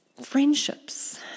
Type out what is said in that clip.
Friendships